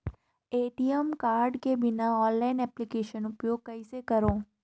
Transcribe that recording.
ATM card के बिना online application उपयोग कइसे करो?